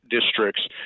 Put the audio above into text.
districts